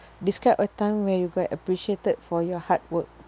describe a time where you got appreciated for your hard work